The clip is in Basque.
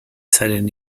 zaren